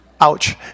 Ouch